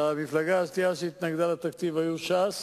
והמפלגה השנייה שהתנגדה היתה ש"ס,